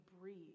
breathe